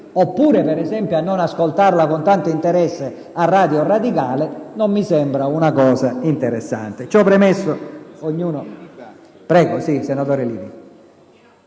oppure, ad esempio, a non ascoltarla con tanto interesse su Radio radicale non mi sembra una cosa interessante.*(Commenti